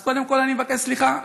אז קודם כול אני מבקש סליחה,